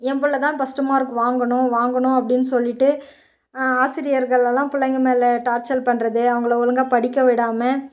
என் பிள்ளதான் first mark வாங்கணும் வாங்கணும் அப்டின்னு சொல்லிட்டு ஆசிரியர்களெல்லாம் பிள்ளைங்க மேல் டார்ச்சல் பண்ணுறது அவங்கள ஒழுங்கா படிக்க விடாமல்